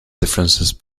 differences